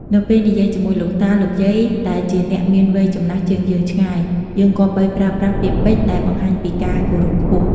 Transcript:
នៅពេលនិយាយជាមួយលោកតា លោកយាយ ដែលជាអ្នកមានវ័យចំណាស់ជាងយើងឆ្ងាយ យើងគប្បីប្រើប្រាស់ពាក្យពេចន៍ដែលបង្ហាញពីការគោរពខ្ពស់។